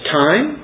time